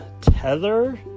Tether